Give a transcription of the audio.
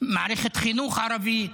מערכת חינוך ערבית,